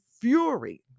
fury